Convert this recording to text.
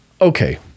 okay